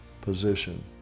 position